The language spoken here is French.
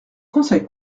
conseil